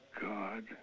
God